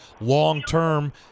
long-term